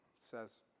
says